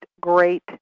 great